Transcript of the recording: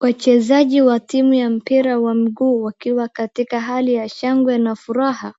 Wachezaji wa timu ya mpira wa mguu wakiwa katika hali ya shangwe na furaha.